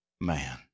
man